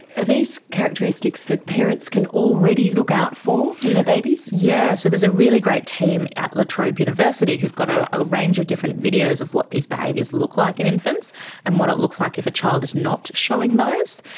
are these characteristics that parents can already look out for in their babies? yes, so there is a really great team at la trobe university who've got ah a range of different videos of what these behaviours look like in infants and what it looks like if a child is not showing those,